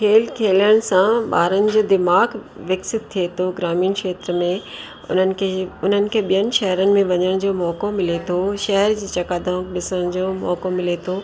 खेल खेलण सां ॿारनि जे दिमाग़ विकसित थिए थो ग्रामीण क्षेत्र में उन्हनि खे उन्हनि खे ॿियनि शहरनि में वञण जे लाइ मौक़ो मिले थो शहर जे चकाचौंद ॾिसण जो मौक़ो मिले थो